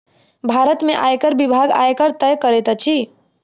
भारत में आयकर विभाग, आयकर तय करैत अछि